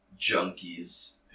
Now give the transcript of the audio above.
junkies